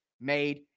made